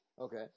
Okay